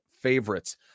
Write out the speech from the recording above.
favorites